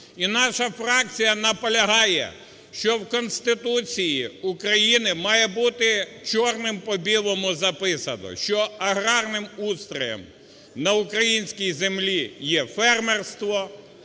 І наша фракція наполягає, щоб в Конституції України має бути чорним по білому записано, що аграрним устроєм на українській землі є фермерство